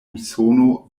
usono